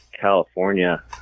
california